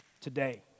today